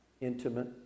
intimate